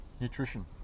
Nutrition